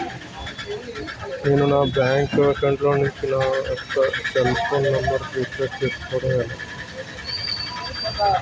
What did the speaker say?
నేను నా bank account నుంచి నా యెక్క సెల్ ఫోన్ నంబర్ కు రీఛార్జ్ చేసుకోవడం ఎలా?